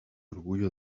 orgullo